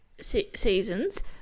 seasons